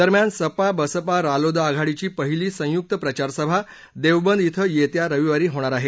दरम्यान सपा बसपा रालोद आघाडीची पहिली संयुक्त प्रचारसभा देवबंद ॐ येत्या रविवारी होणार आहे